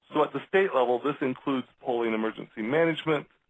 so at the state level this includes pulling emergency management,